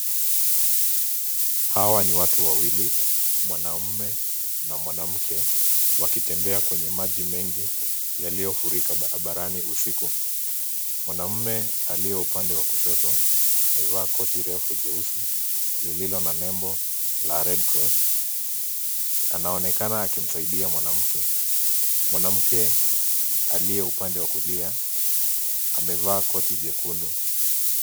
Hawa ni watu wawili mwanamme na mwanamke wakitembea kwenye maji mengi yaliyofurika barabarani usiku. Mwanamume aliye upande wa kushoto amevaa koti refu jeusi lililo la nembo la Red Cross anaonekana akimsaidia mwanamke. Mwanamke aliye upande wa kulia amevaa koti jekundu.